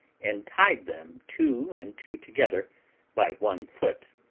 and tied them two and two together by one foot.